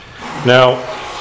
Now